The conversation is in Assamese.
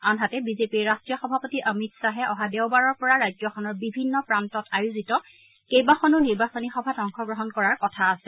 আনহাতে বিজেপিৰ ৰাষ্ট্ৰীয় সভাপতি অমিত শ্বাহে অহা দেওবাৰৰ পৰা ৰাজ্যখনৰ বিভিন্ন প্ৰান্তত আয়োজিত কেইবাখনো নিৰ্বাচনী সভাত অংশগ্ৰহণ কৰাৰ কথা আছে